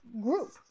group